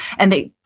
and they,